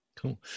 cool